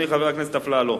חבר הכנסת אפללו,